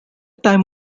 time